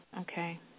Okay